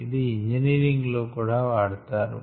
ఇది ఇంజినీరింగ్ లో కూడా వాడతారు